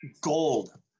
Gold